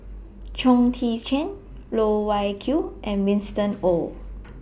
Chong Tze Chien Loh Wai Kiew and Winston Oh